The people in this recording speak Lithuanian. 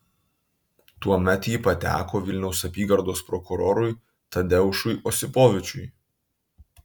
tuomet ji pateko vilniaus apygardos prokurorui tadeušui osipovičiui